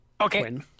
Okay